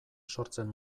sortzen